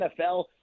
NFL